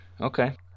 Okay